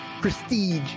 prestige